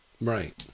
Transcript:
right